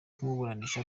kumuburanisha